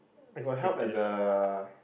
I got help at the